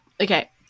Okay